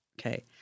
Okay